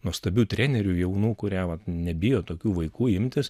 nuostabių trenerių jaunų kurie vat nebijo tokių vaikų imtis